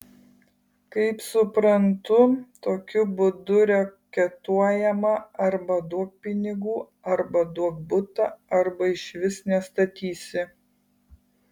kaip suprantu tokiu būdu reketuojama arba duok pinigų arba duok butą arba išvis nestatysi